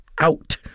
out